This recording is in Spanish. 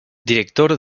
director